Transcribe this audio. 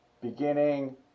Beginning